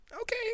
Okay